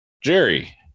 Jerry